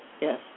Yes